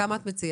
כמה את מציעה?